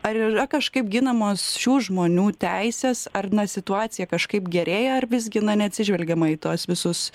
ar yra kažkaip ginamos šių žmonių teisės ar na situacija kažkaip gerėja ar visgi na neatsižvelgiama į tuos visus